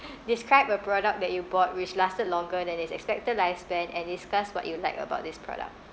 describe a product that you bought which lasted longer than it's expected lifespan and discuss what you like about this product